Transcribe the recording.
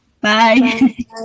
bye